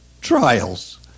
trials